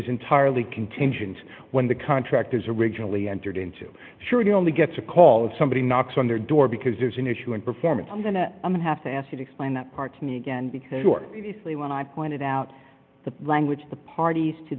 is entirely contingent when the contract is originally entered into surety only gets a call if somebody knocks on their door because there's an issue in performance i'm going to have to ask you to explain that part to me again because when i pointed out the language the parties to